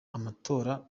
amatora